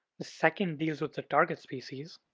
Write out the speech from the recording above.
the second deals with the target species,